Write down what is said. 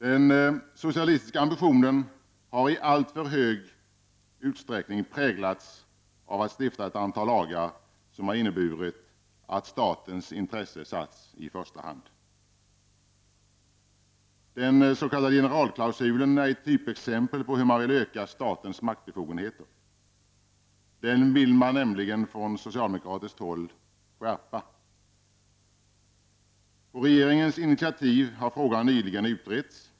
Den socialistiska ambitionen har i alltför hög utsträckning präglats av att stifta ett antal lagar som har inneburit att statens intresse satts i första hand. Den s.k. generalklausulen är ett typexempel på hur man vill öka statens maktbefogenheter. Socialdemokraterna vill nämligen skärpa innehållet i denna klausul. På regeringens initiativ har frågan nyligen utretts.